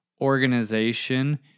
organization